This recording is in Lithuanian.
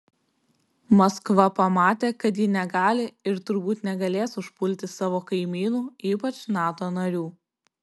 maskva pamatė kad ji negali ir turbūt negalės užpulti savo kaimynų ypač nato narių